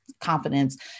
confidence